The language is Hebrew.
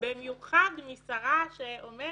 במיוחד משרה שאומרת: